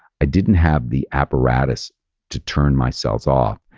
i didn't have the apparatus to turn myself off.